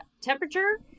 temperature